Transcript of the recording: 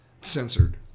censored